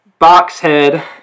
Boxhead